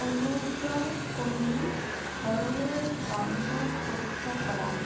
অনুগ্ৰহ কৰি ঘৰলৈ যান জঁট পৰীক্ষা কৰা